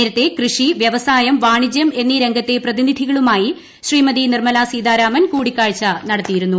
നേരത്തെ കൃഷി വ്യവസായം വാണിജ്യം എന്നീ രംഗത്തെ പ്രതിനിധികളുമായി ശ്രീമതി നിർമ്മലാ സീതാരാമൻ കൂടിക്കാഴ്ച നടത്തിയിരുന്നു